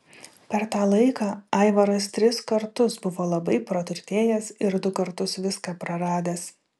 per tą laiką aivaras tris kartus buvo labai praturtėjęs ir du kartus viską praradęs